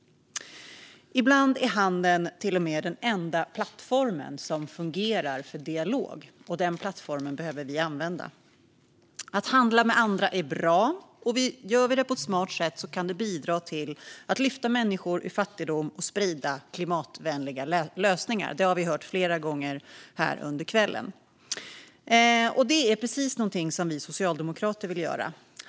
Ibland är handeln till och med den enda plattform som fungerar för dialog, och den plattformen behöver vi använda. Att handla med andra är bra, och gör vi det på ett smart sätt kan det bidra till att lyfta människor ur fattigdom och sprida klimatvänliga lösningar. Det har vi hört flera gånger under kvällen. Och det är precis vad vi socialdemokrater vill göra.